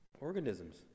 organisms